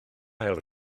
ail